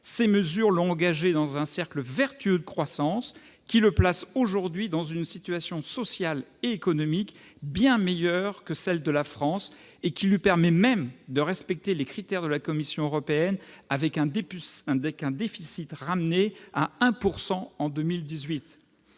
Ces mesures l'ont engagé dans un cercle vertueux de croissance qui le place aujourd'hui dans une situation sociale et économique bien meilleure que celle de la France et qui lui permet même de respecter les critères de la Commission européenne avec un déficit public ramené à 1 % en 2018.